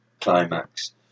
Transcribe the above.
climax